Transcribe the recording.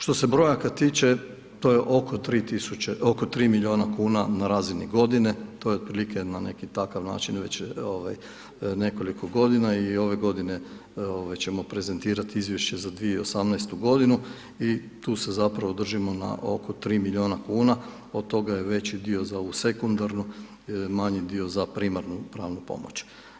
Što se brojaka tiče, to je oko 3 milijuna kuna na razini godine, to je otprilike na neki takav način već nekoliko godina i ove godine ćemo prezentirati izvješće za 2018. g. i tu se zapravo držimo na oko 3 milijuna kuna, od toga je veći dio za ovu sekundarnu, manji dio za primarnu pravnu pomoć.